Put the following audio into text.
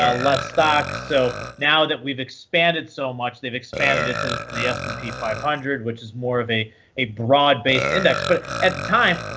ah less stock. so now that we've expanded so much, they've expanded into ah the s and p five hundred, which is more of a a broad-based index. but at the time,